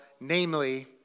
namely